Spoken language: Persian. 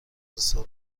سال